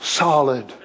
solid